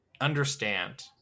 understand